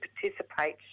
participate